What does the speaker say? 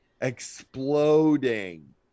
exploding